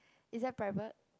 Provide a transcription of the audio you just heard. it's that private